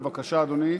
בבקשה, אדוני.